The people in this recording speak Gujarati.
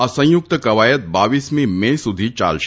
આ સંયુક્ત કવાયત રરમી મે સુધી ચાલશે